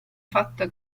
fatto